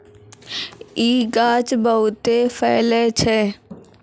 इ गाछ बहुते फैलै छै